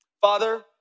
Father